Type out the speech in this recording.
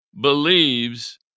believes